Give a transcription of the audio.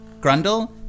Grundle